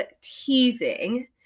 teasing